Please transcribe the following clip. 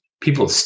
people